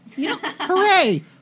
Hooray